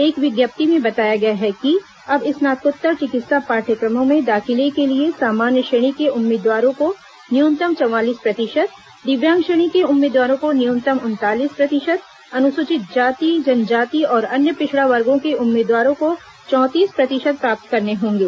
एक विज्ञप्ति में बताया गया कि अब स्नातकोत्तर चिकित्सा पाठयक्रमों में दाखिले के लिए सामान्य श्रेणी के उम्मीदवारों को न्यूनतम चवालीस प्रतिशत दिव्यांग श्रेणी के उम्मीदवारों को न्यूनतम उनतालीस प्रतिशत अनुसूचित जाति जनजाति और अन्य पिछड़ा वर्गों के उम्मीदवारों को चौंतीस प्रतिशत प्राप्त करने होंगे